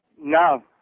No